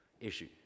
issue